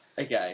Okay